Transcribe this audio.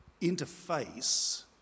interface